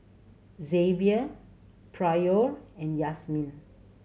Zavier Pryor and Yazmin